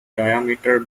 diameter